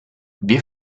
wir